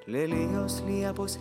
lelijos liepos